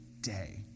day